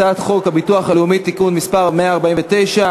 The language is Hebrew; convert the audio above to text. הצעת חוק הביטוח הלאומי (תיקון מס' 149),